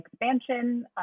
expansion